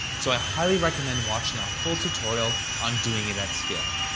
so i highly recommend watching our full tutorial on doing it at scale.